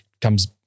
comes